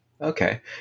Okay